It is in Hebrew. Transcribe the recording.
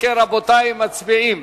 אם כן, רבותי, מצביעים.